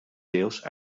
deels